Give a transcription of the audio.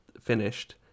finished